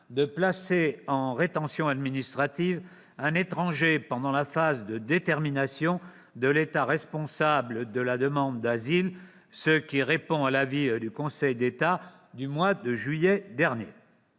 de placer en rétention administrative un étranger pendant la phase de détermination de l'État responsable de la demande d'asile, ce qui répond à l'avis du Conseil d'État du mois de juillet dernier.